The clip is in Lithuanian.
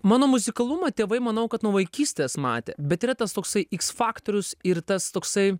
mano muzikalumą tėvai manau kad nuo vaikystės matė bet yra tas toksai x faktorius ir tas toksai